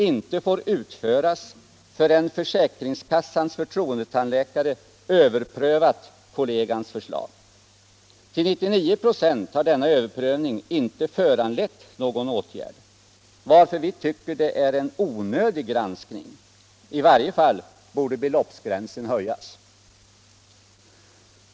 inte får utföras förrän försäkringskassans förtroendetandläkare överprövat kollegans förslag. Till 99 96 har denna överprövning inte föranlett någon åtgärd, varför vi tycker det är en onödig granskning. I varje fall borde beloppsgränsen höjas.